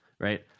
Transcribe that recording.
right